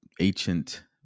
ancient